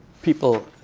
people,